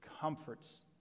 comforts